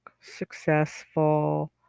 successful